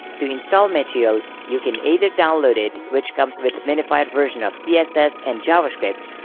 to install material you can either download it which comes with minified version of css and javascript,